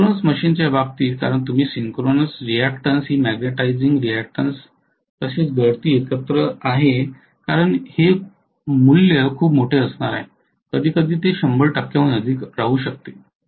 synchronous मशीनच्या बाबतीत कारण तुमची सिंक्रोनस रिअक्टन्स ही मॅग्नेटिझिंग रिअक्टन्स तसेच गळती एकत्र आहे कारण मी हे खूप मोठे मूल्य असणार आहे कधीकधी ते १०० टक्क्यांहून अधिक असू शकते